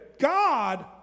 God